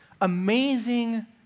amazing